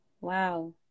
Wow